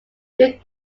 through